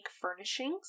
furnishings